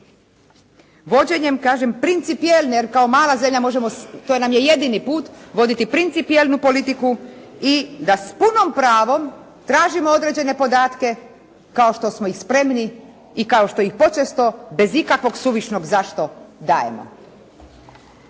vođenjem kažem principijelne, jer kao mala zemlja možemo, to nam je jedini put voditi principijelnu politiku i da s punim pravom tražimo određene podatke kao što smo ih spremni i kao što ih počesto bez ikakvog suvišnog zašto dajemo.